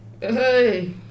Hey